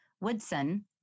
Woodson